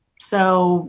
so